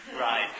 Right